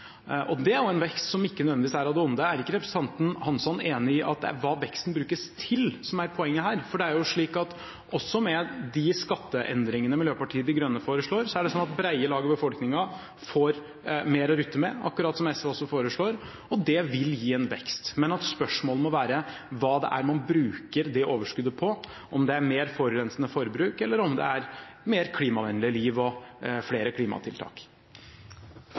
Og det er jo en vekst som ikke nødvendigvis er av det onde. Er ikke representanten Hansson enig i at det er hva veksten brukes til, som er poenget her? For det er jo slik at også med de skatteendringene Miljøpartiet De Grønne foreslår, får brede lag av befolkningen mer å rutte med, akkurat som SV også foreslår. Det vil gi en vekst, men spørsmålet må være hva man bruker det overskuddet på: om det er mer forurensende forbruk, eller om det mer klimavennlige liv og flere klimatiltak.